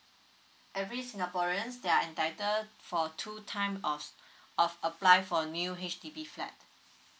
every singaporean they are entitled for two times of of apply for new H_D_B flat